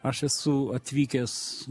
aš esu atvykęs